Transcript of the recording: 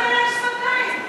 שפתיים,